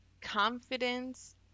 confidence